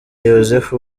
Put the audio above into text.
yozefu